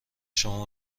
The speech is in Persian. شما